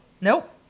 Nope